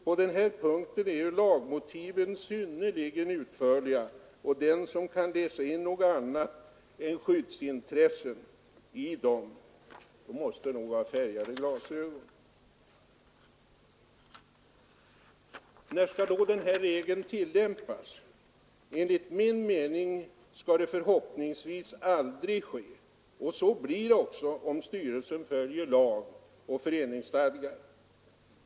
På den här punkten är ju lagmotiven synnerligen utförliga, och den som kan läsa in något annat än skyddsintresset i dem måste nog ha färgade glasögon. När skall då denna regel tillämpas? Enligt min mening skall det förhoppningsvis aldrig ske, och så blir det också om styrelsen följer lag och föreningsstadgar.